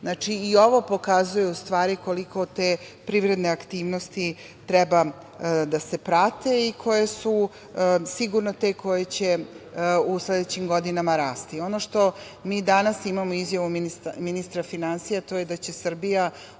Znači i ovo pokazuje koliko te privredne aktivnosti treba da se prate i koje su sigurno te koje će u sledećim godinama rasti. Mi danas imamo izjavu ministra finansija, a to je da će Srbija